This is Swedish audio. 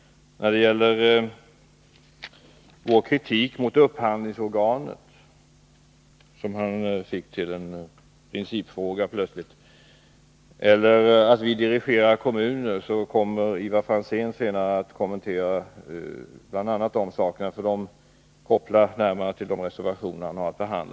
När det gäller vår kritik mot upphandlingsorganet —- som Lennart Pettersson plötsligt fick till att bli en principfråga — och påståendet att vi dirigerar kommuner vill jag säga att Ivar Franzén senare kommer att kommentera bl.a. dessa frågor i samband med att han behandlar en del av våra reservationer.